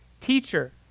teacher